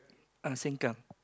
uh sengkang